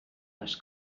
les